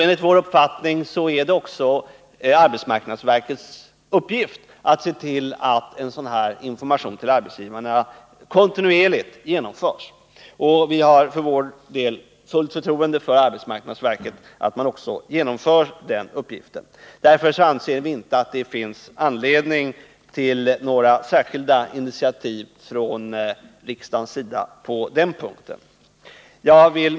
Enligt vår uppfattning är det arbetsmarknadsverkets uppgift att se till att arbetsgivarna kontinuerligt får sådan information. Vi har för vår del fullt förtroende för arbetsmarknadsverket när det gäller den uppgiften. Därför anser vi att det inte finns anledning att från riksdagens sida ta initiativ till några särskilda åtgärder på den punkten.